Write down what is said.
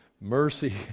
mercy